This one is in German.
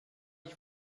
ich